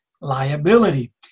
liability